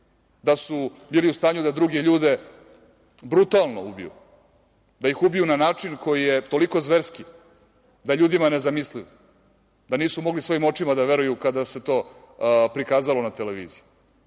da su bili u stanju da druge ljude brutalno ubiju, da ih ubiju na način koji je toliko zverski da je ljudima nezamisliv, da nisu mogli svojim očima da veruju kada se to prikazalo na televiziji.